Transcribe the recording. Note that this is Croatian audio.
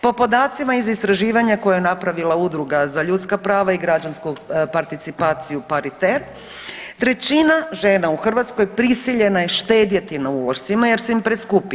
Po podacima iz istraživanja koje je napravila Udruga za ljudska prava i građansku participaciju Pariter trećina žena u Hrvatskoj prisiljena je štedjeti na ulošcima jer su im preskupi.